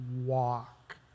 walk